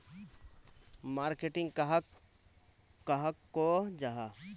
Marketing कहाक को जाहा?